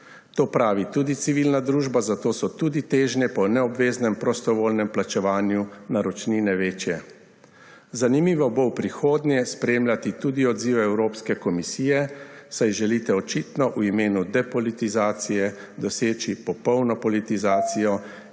To pravi tudi civilna družba, zato so tudi težnje po neobveznem prostovoljnem plačevanju naročnine večje. Zanimivo bo v prihodnje spremljati tudi odzive Evropske komisije, saj želite očitno v imenu depolitizacije doseči popolno politizacijo